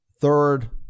third